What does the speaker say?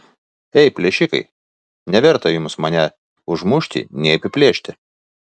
ei plėšikai neverta jums mane užmušti nei apiplėšti